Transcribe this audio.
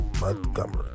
Montgomery